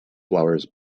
flowers